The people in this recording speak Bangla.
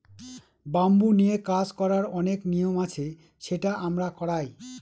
ব্যাম্বু নিয়ে কাজ করার অনেক নিয়ম আছে সেটা আমরা করায়